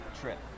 trip